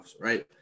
right